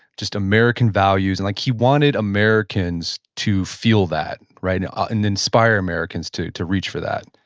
just american values, and like he wanted americans to feel that, right, and inspire americans to to reach for that?